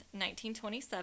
1927